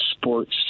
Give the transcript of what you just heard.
sports